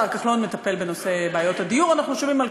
השר כחלון מטפל בנושא בעיות הדיור,